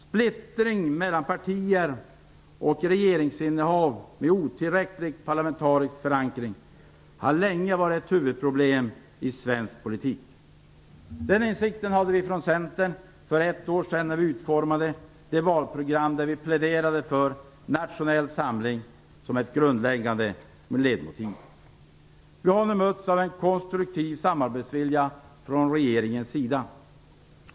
Splittring mellan partier och regeringsinnehav med otillräcklig parlamentarisk förankring har länge varit ett huvudproblem i svensk politik. Den insikten hade vi från Centern för ett år sedan, när vi utformade det valprogram där vi pläderade för nationell samling som ett grundläggande ledmotiv. Vi har nu mötts av en konstruktiv samarbetsvilja från regeringens sida.